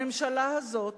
הממשלה הזאת